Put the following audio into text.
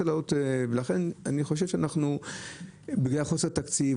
אני חושב שאולי בגלל חוסר תקציב,